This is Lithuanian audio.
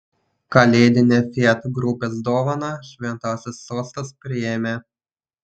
kalėdinę fiat grupės dovaną šventasis sostas priėmė